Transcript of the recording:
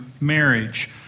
marriage